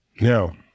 Now